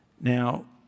Now